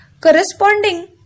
corresponding